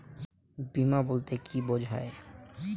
বিমা বলতে কি বোঝায়?